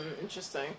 Interesting